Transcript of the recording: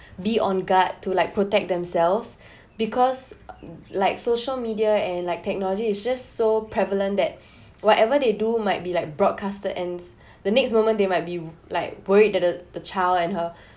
be on guard to like protect themselves because like social media and like technology is just so prevalent that whatever they do might be like broadcasted and the next moment they might be like worried that the the child and her